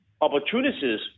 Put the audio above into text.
opportunities